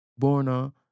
Borna